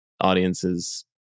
audiences